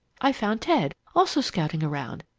i found ted also scouting around,